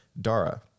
Dara